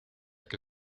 que